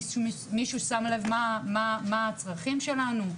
מישהו שם לב מה הצרכים שלנו?